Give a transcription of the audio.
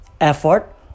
effort